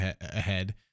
ahead